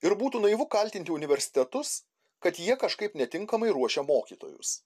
ir būtų naivu kaltinti universitetus kad jie kažkaip netinkamai ruošia mokytojus